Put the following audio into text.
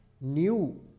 new